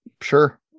Sure